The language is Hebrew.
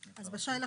אז בשי לחג.